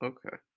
Okay